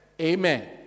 Amen